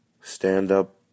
stand-up